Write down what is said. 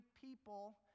people